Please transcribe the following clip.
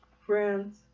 Friends